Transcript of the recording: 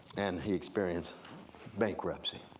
and he experienced bankruptcy.